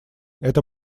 это